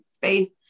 faith